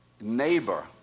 neighbor